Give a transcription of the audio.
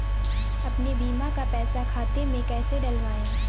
अपने बीमा का पैसा खाते में कैसे डलवाए?